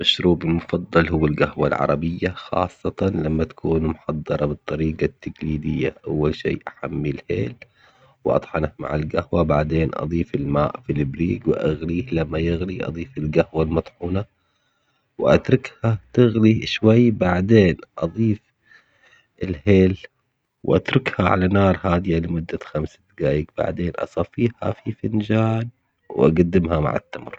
مشروبي المفضل هو القهوة العربية خاصةً لما تكون محضرة بالطريقة التقليدية، أول شي أحمي الهيل وأطحنه مع القهوة بعدين أضيف الماء في الإبريق وأغليه ولما يغلي أضيف القهوة المطحونة وأتركها تغلي شوي بعدين أضيف الهيل وأتركها على نار هادية مدة خمس دقايق بعدين أصفيها في فنجان وأقدمها مع التمر.